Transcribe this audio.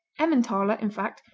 emmentaler, in fact,